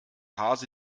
hase